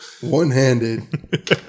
one-handed